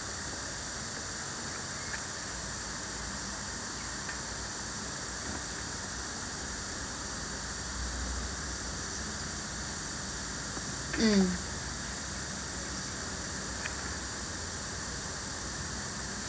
mm